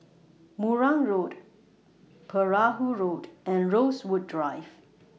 Marang Road Perahu Road and Rosewood Drive